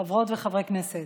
חברות וחברי הכנסת,